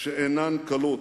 שאינן קלות.